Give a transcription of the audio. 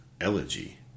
elegy